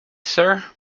sir